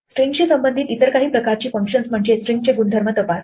स्ट्रिंगशी संबंधित इतर काही प्रकारची फंक्शन्स म्हणजे स्ट्रिंगचे गुणधर्म तपासणे